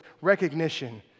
recognition